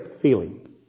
feeling